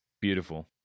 Beautiful